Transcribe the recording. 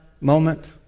moment